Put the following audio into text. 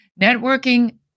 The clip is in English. Networking